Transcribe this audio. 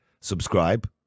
Subscribe